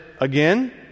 again